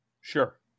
Sure